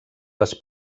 les